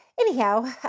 Anyhow